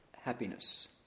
happiness